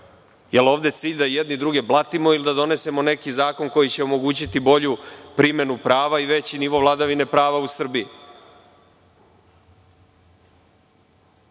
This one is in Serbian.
li je ovde cilj da jedni druge blatimo ili da donesemo neki zakon koji će omogućiti bolju primenu prava i veći nivo vladavine prava u Srbiji? Drago